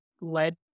led